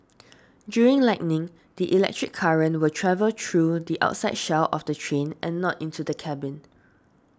during lightning the electric current will travel through the outside shell of the train and not into the cabin